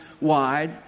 wide